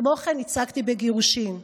כמו כן ייצגתי בגירושין,